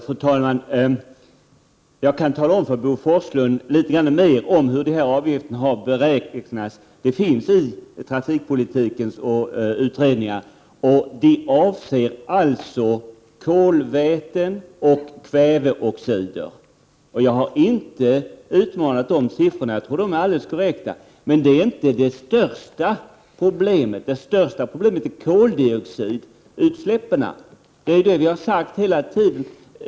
Fru talman! Jag kan tala om för Bo Forslund litet mer om hur dessa avgifter har beräknats. Det framgår av en utredning om trafiken inför 90-talet. Beräkningarna avser kolväten och kväveoxider. Jag har inte utmanat de siffrorna. Jag tror att de är alldeles korrekta. Det största problemet är emellertid koldioxidutsläppen. Det är detta vi har sagt hela tiden.